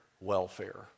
welfare